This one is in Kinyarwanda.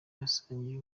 yasangiye